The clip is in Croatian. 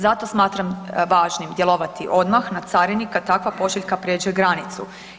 Zato smatram važnim djelovati odmah na carini kad takva pošiljka pređe granicu.